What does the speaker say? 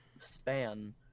span